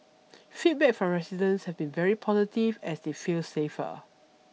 feedback from residents have been very positive as they feel safer